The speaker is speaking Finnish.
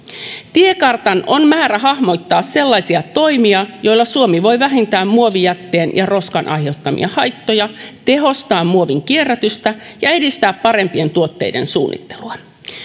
tiekartan on määrä hahmottaa sellaisia toimia joilla suomi voi vähentää muovijätteen ja roskan aiheuttamia haittoja tehostaa muovin kierrätystä ja edistää parempien tuotteiden suunnittelua